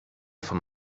vom